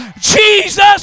Jesus